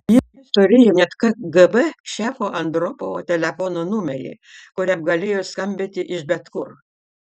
jis turėjo net kgb šefo andropovo telefono numerį kuriam galėjo skambinti iš bet kur